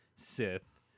sith